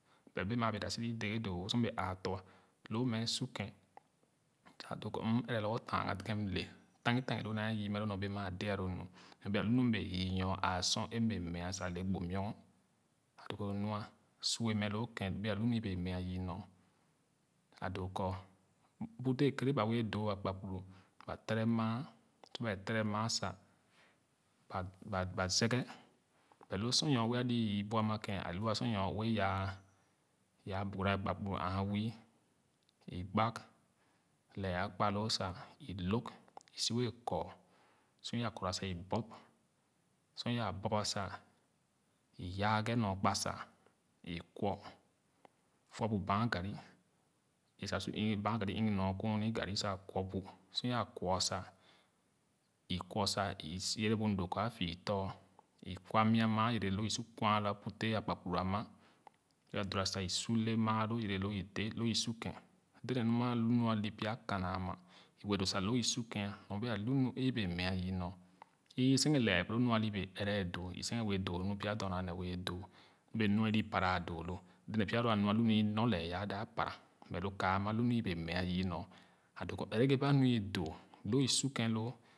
But bee maa wɛɛ daso zii dèghe doo wo sor m bee āā tɔ̄ loo mɛ a su kèn sa doo kɔ m ɛrɛ lorgor tanaga kèn mce tagi tagi loo nee yii mɛ loo nyobee maa dee lo nu bee a lu nu m bēē yii nyo sor e mbee meah sa le bu gbo mu’ɔgɔn lo nua sua mɛ loo kèn bee alo nu ēbee meah nyo a doo kɔ bu dɛɛ kere ba bee doo akpakpuru ba tere maa sor bae tere maa sa baba zaghe but loo sor nyoue ali yii bu ama kèn alu sor nyoue yaa yaa bogara akpakpuru āā wii i gbag lɛɛ a kpaloo sa i lōg i si wɛɛ kɔɔ sor yaa kɔɔra sa i bɔp sor yaa bɔp ba sa i yaa ghe nyor kpasa i kwɔ kwɔ bu banh ganri a sa su banh gani ɛghe nyo kuuno garri sa kwɔ bu sor yaa kwɔ aa sa i kwɔ sa i yere bu nu doo kɔa fii tɔo i kwa mia maa yere loo isu kwa loo a puteh akpakpuru ama sor yaa doora sa i su le maalo yere loo sa odè loo i su kèn dèdèn nu ama alo nu aw pya kana ama i wɛɛ doo sa lo i su kèn nyo bee a lu nu e ibee meah yii nyo ii seghe lɛɛ boko nu alo bee ɛrɛ doo isen keh wɛɛ doo nu pya dorna nee wɛɛ doo mmɛ doo mmɛ nu ali para doo lo dèdèn pya a lua nya lu nu i nɔr lɛɛ yaa para mɛ lo ka ama lu nu i ba nu i doo lo i su kèn loo.